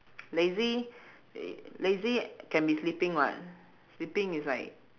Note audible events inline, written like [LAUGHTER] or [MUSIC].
[NOISE] lazy lazy can be sleeping [what] sleeping is like